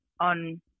on